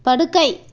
படுக்கை